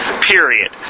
period